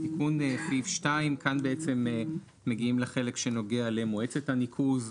תיקון סעיף 2. כאן בעצם מגיעים לחלק שנוגע למועצת הניקוז.